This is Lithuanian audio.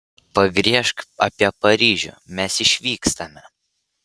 pagriežk apie paryžių mes išvykstame